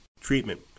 treatment